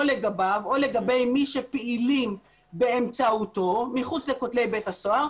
או לגביו או לגבי מי שפעילים באמצעותו מחוץ לכותלי בית הסוהר,